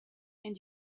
and